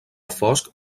fosc